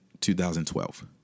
2012